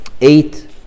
eight